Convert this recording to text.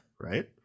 right